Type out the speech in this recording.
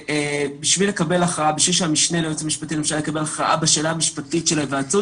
בשביל שהמשנה ליועץ המשפטי לממשלה יקבל הכרעה בשאלה המשפטית של ההיוועצות